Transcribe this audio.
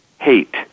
hate